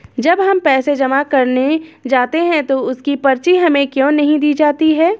जब हम पैसे जमा करने जाते हैं तो उसकी पर्ची हमें क्यो नहीं दी जाती है?